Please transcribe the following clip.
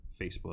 Facebook